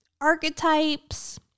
archetypes